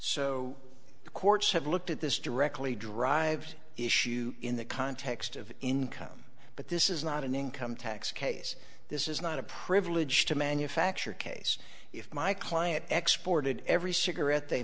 the courts have looked at this directly drive's issue in the context of income but this is not an income tax case this is not a privilege to manufacture case if my client export it every cigarette they